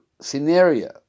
scenario